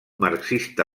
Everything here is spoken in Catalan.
marxista